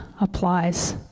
applies